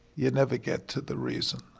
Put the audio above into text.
you never get to the reason